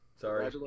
Sorry